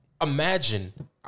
imagine